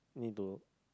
need to